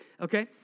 okay